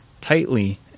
tightly